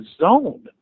zone